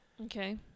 Okay